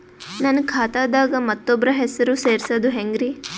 ನನ್ನ ಖಾತಾ ದಾಗ ಮತ್ತೋಬ್ರ ಹೆಸರು ಸೆರಸದು ಹೆಂಗ್ರಿ?